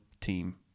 team